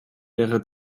wäre